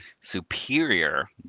superior